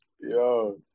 yo